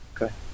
Okay